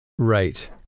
Right